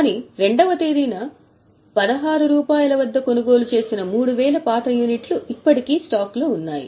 కాని 2 వ తేదీన 16 రూపాయలు వద్ద కొనుగోలు చేసిన 3000 పురాతన యూనిట్లు ఇప్పటికీ స్టాక్లో ఉన్నాయి